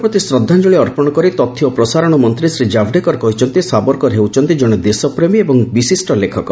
ସାବରକରଙ୍କ ପ୍ରତି ଶ୍ରଦ୍ଧାଞ୍ଜଳି ଅର୍ପଣ କରି ତଥ୍ୟ ଓ ପ୍ରସାରଣ ମନ୍ତ୍ରୀ ଶ୍ରୀ ଜାଭେଡକର କହିଛନ୍ତି ସାବରକର ହେଉଛନ୍ତି କଣେ ଦେଶପ୍ରେମୀ ଏବଂ ବିଶିଷ୍ଟ ଲେଖକ